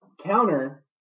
counter